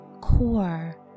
core